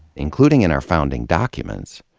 including in our founding documents,